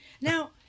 Now